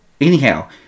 Anyhow